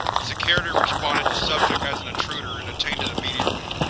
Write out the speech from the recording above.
security responded to subject as an intruder and detained it immediately.